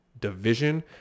division